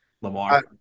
Lamar